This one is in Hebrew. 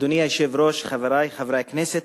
אדוני היושב-ראש, חברי חברי הכנסת,